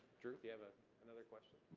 drew, you have ah another question?